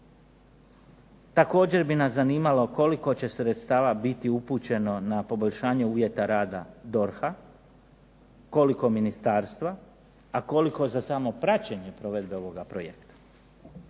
Također bi nas zanimalo koliko će sredstava biti upućeno na poboljšanje uvjeta rada DORH-a, koliko ministarstva a koliko za samo praćenje provedbe ovoga projekta.